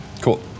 Cool